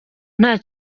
nta